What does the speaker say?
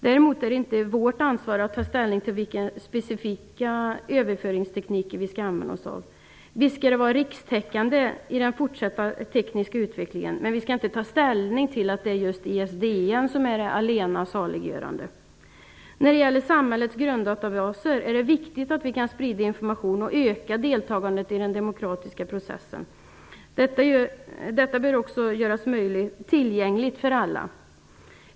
Däremot är det inte vårt ansvar att ta ställning till vilka specifika överföringstekniker vi skall använda oss av. Visst skall den fortsatta tekniska utvecklingen vara rikstäckande, men vi skall inte ta ställning till att det är just ISDN som är det allena saliggörande. När det gäller samhällets grunddatabaser är det viktigt att vi kan sprida information och öka deltagandet i den demokratiska processen. Dessa bör också göras tillgängliga för alla.